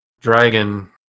Dragon